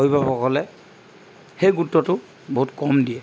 অভিভাৱকসকলে সেই গুৰুত্বটো বহুত কম দিয়ে